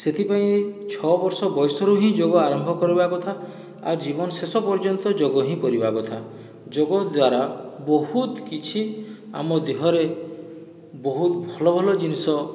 ସେଥିପାଇଁ ଛଅ ବର୍ଷ ବୟସରୁ ହିଁ ଯୋଗ ଆରମ୍ଭ କରିବା କଥା ଆଉ ଜୀବନ ଶେଷ ପର୍ଯ୍ୟନ୍ତ ଯୋଗ ହିଁ କରିବା କଥା ଯୋଗ ଦ୍ୱାରା ବହୁତ କିଛି ଆମ ଦେହରେ ବହୁତ ଭଲ ଭଲ ଜିନିଷ